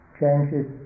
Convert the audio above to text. changes